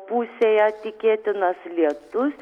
pusėje tikėtinas lietus